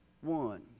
one